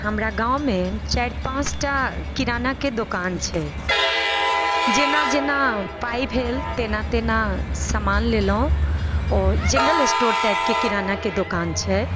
हमरा गाँवमे चारि पाँच टा किरानाके दोकान छै जेना जेना पाइ भेल तेना तेना सामान लेलहुँ ओ जनरल स्टोर टाइपके किरानाके दोकान छै